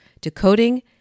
decoding